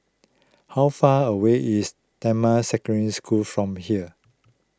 how far away is Damai Secondary School from here